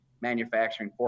manufacturing